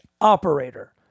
operator